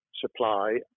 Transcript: supply